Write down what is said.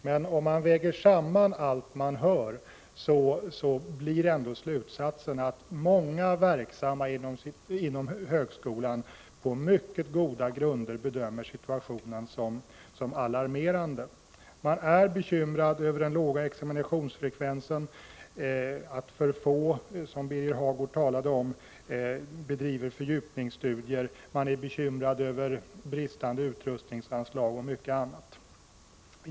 Men om man väger samman allt som framförs blir ändå slutsatsen att många av de verksamma inom högskolan på mycket goda grunder bedömer situationen som alarmerande. De är bekymrade över den låga examinationsfrekvensen, över att alltför få bedriver fördjupningsstudier, över bristande utrustningsanslag och mycket annat.